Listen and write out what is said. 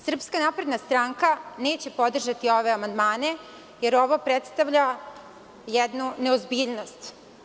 Srpska napredna stranka neće podržati ove amandmane jer ovo predstavlja jednu neozbiljnost.